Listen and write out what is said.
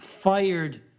fired